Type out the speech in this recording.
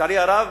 לצערי הרב,